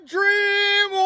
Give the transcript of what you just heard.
Dream